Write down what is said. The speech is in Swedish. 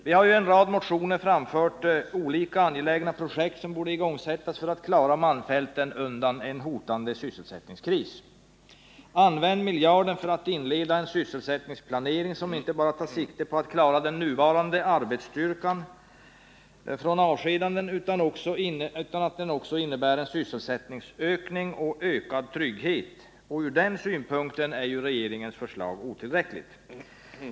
Vi har i en rad motioner framfört olika angelägna projekt som borde igångsättas för att klara malmfälten undan en hotande sysselsättningskris. Använd miljarden för att inleda en sysselsättningsplanering, som inte bara tar sikte på att klara den nuvarande arbetsstyrkan från avskedanden utan också innebär sysselsättningsökning och ökad trygghet! Från den synpunkten är regeringens förslag otillräckligt.